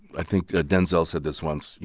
i think denzel said this once. you